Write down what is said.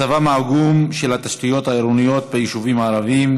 מצבן העגום של התשתיות העירוניות בישובים הערביים,